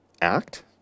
act